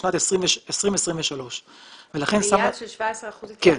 בשנת 2023. לעניין של 17 אחוזים התייעלות?